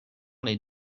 les